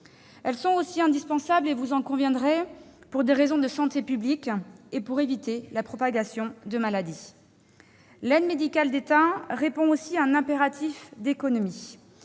Elles sont aussi indispensables pour des raisons de santé publique et pour éviter la propagation de maladies. L'aide médicale de l'État répond également à un impératif d'économies